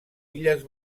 illes